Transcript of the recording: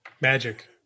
Magic